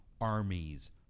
armies